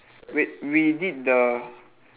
wait we did the